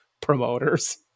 promoters